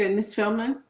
and ms. feldman?